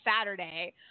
Saturday